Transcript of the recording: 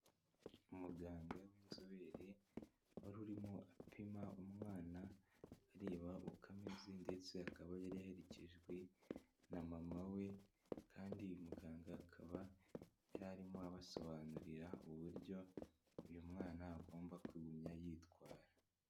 Umuganga w'inzobere wari urimo apima umwana areba uko ameze ndetse akaba yari yaherekejwe na mama we, kandi muganga akaba yarimo abasobanurira uburyo uyu mwana agomba kugumya yitwara.